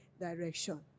direction